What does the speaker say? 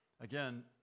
Again